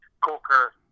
Coker